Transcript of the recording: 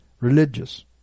religious